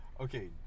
okay